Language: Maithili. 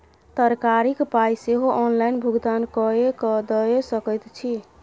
तरकारीक पाय सेहो ऑनलाइन भुगतान कए कय दए सकैत छी